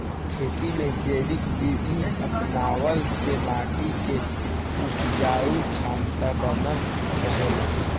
खेती में जैविक विधि अपनवला से माटी के उपजाऊ क्षमता बनल रहेला